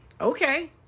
Okay